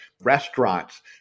restaurants